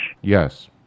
Yes